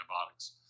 antibiotics